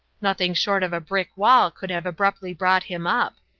nothing short of a brick wall could have abruptly brought him up.